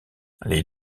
les